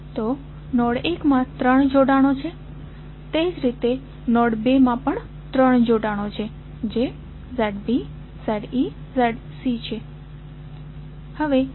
તો નોડ 1 માં ત્રણ જોડાણો છે તે જ રીતે નોડ 2 માં પણ ત્રણ જોડાણો છે જે ZB ZE ZC છે